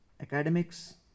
academics